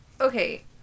okay